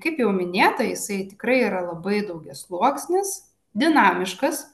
kaip jau minėta jisai tikrai yra labai daugiasluoksnis dinamiškas